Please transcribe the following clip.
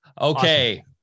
okay